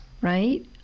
right